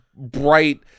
bright